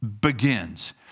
begins